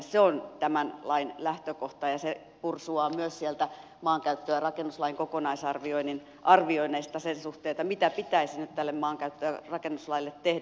se on tämän lain lähtökohta ja se pursuaa myös sieltä maankäyttö ja rakennuslain kokonaisarvioinnin arvioinneista sen suhteen mitä pitäisi nyt tälle maankäyttö ja rakennuslaille tehdä